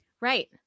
Right